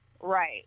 Right